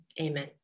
amen